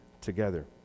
together